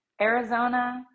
Arizona